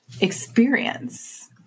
experience